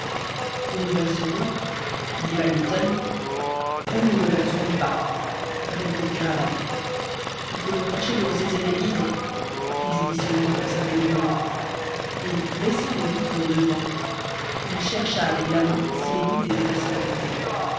ou nous verserons dit van mitten ou nous ne verserons pas répondit kéraban il faudrait tâcher de ressaisir les guides fit judicieusement observer bruno et baissant les vitres de devant il chercha avec la main si les guides étaient à sa portée